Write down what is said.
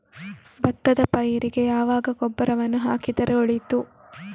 ಭತ್ತದ ಪೈರಿಗೆ ಯಾವಾಗ ಗೊಬ್ಬರವನ್ನು ಹಾಕಿದರೆ ಒಳಿತು?